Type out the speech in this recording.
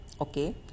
okay